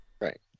Right